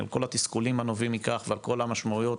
עם כל התסכולים הנובעים מכך ועל כל המשמעויות